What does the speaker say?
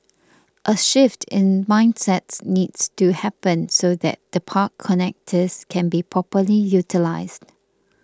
a shift in mindset needs to happen so that the park connectors can be properly utilised